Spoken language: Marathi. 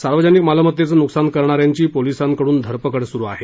सार्वजनिक मालमत्तेचं नुकसान करणाऱ्यांची पोलिसांकडून धरपकड सुरू आहे